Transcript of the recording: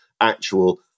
actual